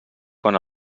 quan